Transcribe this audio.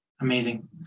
Amazing